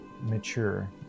mature